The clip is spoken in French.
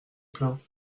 plaint